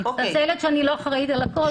אני מתנצלת שאני לא אחראית על הכול.